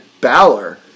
Balor